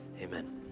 amen